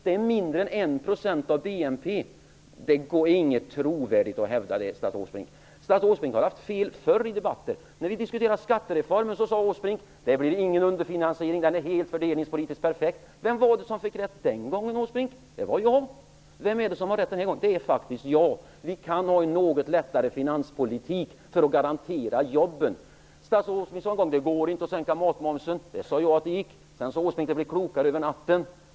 Det är mindre än 1 % av BNP. Det går ju inte att vara trovärdig och hävda det, statsrådet Åsbrink. Statsrådet Åsbrink har haft fel förr i debatten. När vi diskuterade skattereformen sade Åsbrink: Det blir ingen underfinansiering. Reformen är fördelningspolitiskt helt perfekt. Vem var det som fick rätt den gången, Åsbrink? Det var jag! Vem är det som har rätt den här gången? Det är faktiskt jag. Vi kan ha en något lättare finanspolitik för att garantera jobben. Statsrådet Åsbrink sade: Det går inte att sänka matmomsen. Jag sade att det gick. Sedan sade Åsbrink: Man blir klokare över natten.